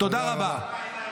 תודה רבה.